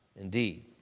indeed